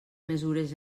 mesures